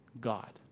God